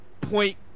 Point